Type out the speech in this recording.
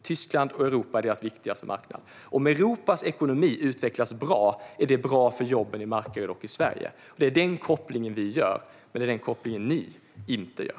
Tyskland och Europa är företagets viktigaste marknad. Om Europas ekonomi utvecklas bra är det bra för jobben i Markaryd och i Sverige. Det är den kopplingen vi gör, men det är den kopplingen ni inte gör.